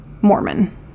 Mormon